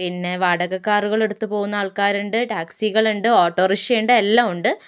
പിന്നെ വാടക കാറുകൾ എടുത്തു പോകുന്ന ആൾക്കാരുണ്ട് ടാക്സികൾ ഉണ്ട് ഓട്ടോ റിക്ഷയുണ്ട് എല്ലാം ഉണ്ട്